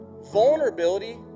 Vulnerability